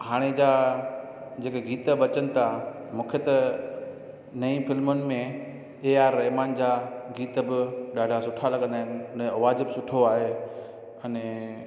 हाणे जा जेके गीत बि अचनि था मूंखे त नईं फिल्मयुनि में ए आर रहमान जा गीत बि ॾाढा सुठा लॻंदा आहिनि इनजो आवाज बि सुठो आहे अने